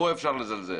פה אפשר לזלזל.